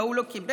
וההוא לא קיבל,